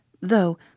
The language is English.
though